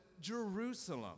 Jerusalem